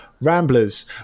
Ramblers